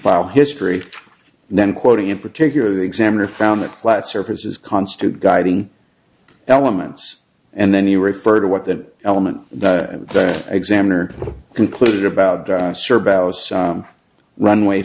file history and then quoting in particular the examiner found that flat surfaces constitute guiding elements and then you refer to what that element the examiner concluded about serb ousts runway